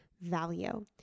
value